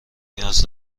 نیاز